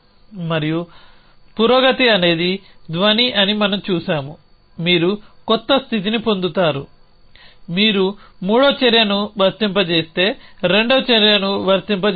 మరియు పురోగతి అనేది ధ్వని అని మనం చూశాము మీరు కొత్త స్థితిని పొందుతారు మీరు మూడవ చర్యను వర్తింపజేస్తే రెండవ చర్యను వర్తింపజేస్తారు